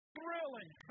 Thrilling